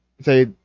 say